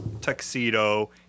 tuxedo